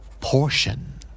Portion